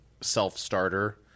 self-starter